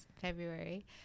February